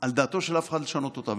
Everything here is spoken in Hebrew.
על דעתו של אף אחד לשנות אותה.